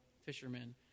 fishermen